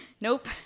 Nope